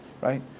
Right